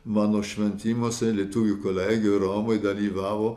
mano šventimuose lietuvių kolegijoj romoj dalyvavo